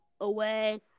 away